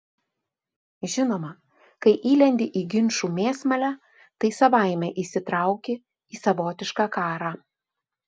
žinoma kai įlendi į ginčų mėsmalę tai savaime įsitrauki į savotišką karą